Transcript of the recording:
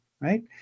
right